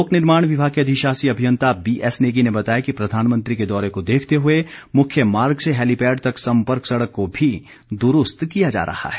लोक निर्माण विभाग के अधिशासी अभियंता बीएस नेगी ने बताया कि प्रधानमंत्री के दौरे को देखते हुए मुख्य मार्ग से हैलीपैड तक सम्पर्क सड़क को भी दुरूस्त किया जा रहा है